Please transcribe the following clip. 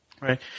Right